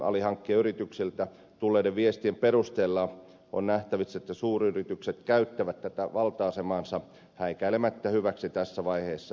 alihankkijayrityksiltä tulleiden viestien perusteella on nähtävissä että suuryritykset käyttävät tätä valta asemaansa häikäilemättä hyväkseen tässä vaiheessa